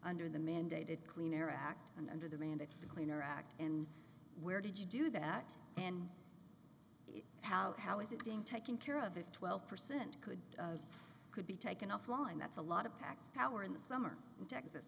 under the mandated clean air act and under the mandate for the clean air act and where did you do that and how how is it being taken care of or twelve percent could be could be taken offline that's a lot of packed power in the summer in texas